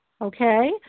okay